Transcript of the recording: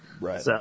Right